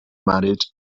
marriage